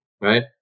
right